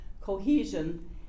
cohesion